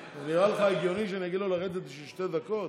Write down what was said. נראה לך הגיוני שאני אגיד לו לרדת בשביל שתי דקות?